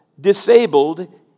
disabled